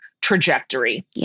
trajectory